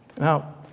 Now